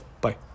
Bye